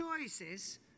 choices